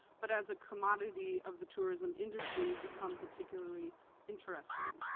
but as a commodity of the tourism industry become particularly interesting.